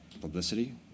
publicity